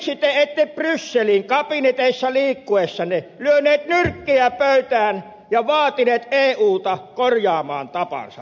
miksi te ette brysselin kabineteissa liikkuessanne lyöneet nyrkkiä pöytään ja vaatineet euta korjaamaan tapansa